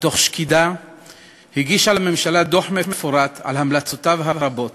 ולאחר ששקדה הגישה לממשלה דוח מפורט על המלצותיו הרבות